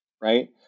Right